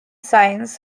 science